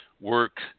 work